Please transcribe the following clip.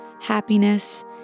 happiness